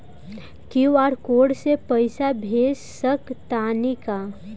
QR code से पईसा भेज सक तानी का?